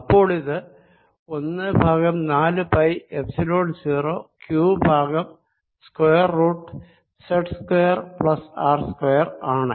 അപ്പോളിത് ഒന്ന് ബൈ നാലു pi epsilon 0 Q by square root z square plus R square ആണ്